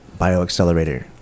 Bioaccelerator